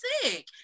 sick